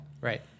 Right